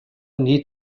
need